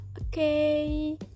Okay